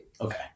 Okay